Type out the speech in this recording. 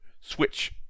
switch